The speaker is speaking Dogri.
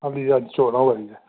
ऐल्ली अज्ज चौदहां होआ दी ऐ